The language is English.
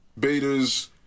betas